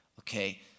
Okay